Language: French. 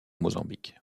mozambique